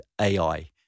AI